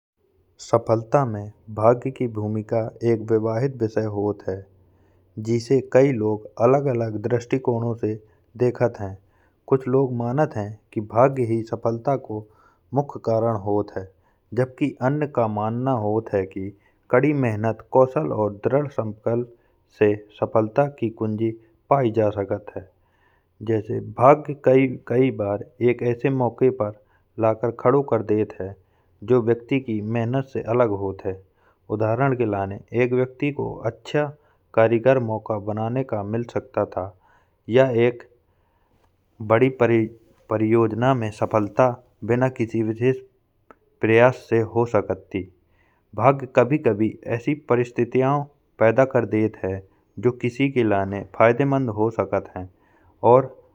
सफलता में भाग्य की भूमिका एक विवादित विषय होत है। जिसे कई लोग अलग अलग दृष्टिकोण से देखत हैं कुछ लोग मानत हैं। कि भाग्य ही सफलता को मुख्य कारण होत है, जबकि अन्य को मानना होत है। कि कड़ी मेहनत कौशल और दृढ़संकल्प से सफलता की कुंजी पाई जा सकत है। जैसे भाग्य कई बार एक ऐसे मौके पर लाकर खड़ा कर देत है। जो व्यक्ति की मेहनत से अलग होत है, उदाहरण के लिए एक व्यक्ति को अच्छा कारीगर मौका बनाने का मिल सकता था। यह एक बड़ी परियोजना में सफलता बिना किसी विशेष प्रयास से हो सकत थी। भाग्य कभी कभी ऐसी परिस्थितियां पैदा कर देत है जो कि लाने फायदेमंद हो सकत हैं।